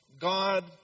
God